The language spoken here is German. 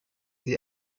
sich